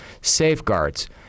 safeguards